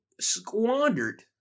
squandered